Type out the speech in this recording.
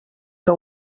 que